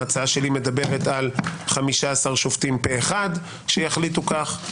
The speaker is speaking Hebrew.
ההצעה שלי מדברת על 15 שופטים פה אחד שיחליטו כך,